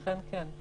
אכן כן.